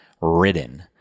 ridden